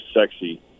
Sexy